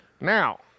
Now